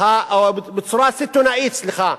בצורה סיטונאית, סליחה,